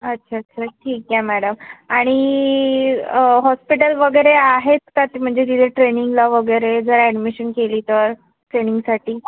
अच्छा अच्छा ठीक आहे मॅडम आणि हॉस्पिटल वगैरे आहेत का ते म्हणजे तिथे ट्रेनिंगला वगैरे जर ॲडमिशन केली तर ट्रेनिंगसाठी